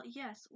yes